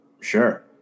Sure